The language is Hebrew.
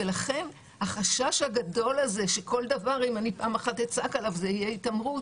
לכן החשש הגדול הזה שאם פעם אחת אצעק עליו הוא התעמרות